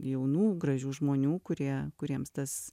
jaunų gražių žmonių kurie kuriems tas